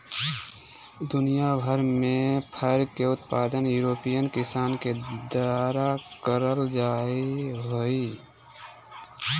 दुनियां में फर के उत्पादन यूरोपियन किसान के द्वारा करल जा हई